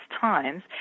times